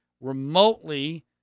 remotely